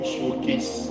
Showcase